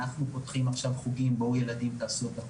אנחנו פותחים עכשיו חוגים לילדים ובואו ילדים ועשו אותם,